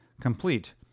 complete